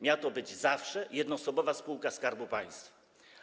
Miała to być zawsze jednoosobowa spółka Skarbu Państwa.